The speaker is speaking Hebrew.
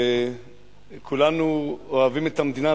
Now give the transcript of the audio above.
וכולנו אוהבים את המדינה,